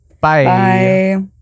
Bye